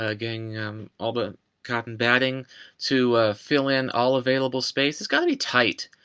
ah getting um all the cotton batting to fill in all available space. it's got to be tight.